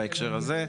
בהקשר הזה,